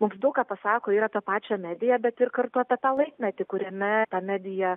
mums daug ką pasako yra ta pačio medija bet ir kartu apie tą laikmetį kuriame ta medija